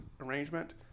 Arrangement